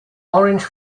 orange